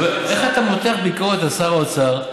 איך אתה מותח ביקורת על שר האוצר,